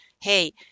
hey